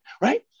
right